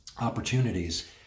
opportunities